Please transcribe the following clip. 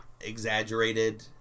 exaggerated